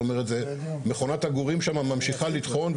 מכונת הגורים שם ממשיכה לטחון,